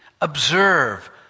observe